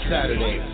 Saturday